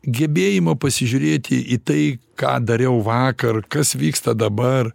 gebėjimo pasižiūrėti į tai ką dariau vakar kas vyksta dabar